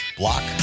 block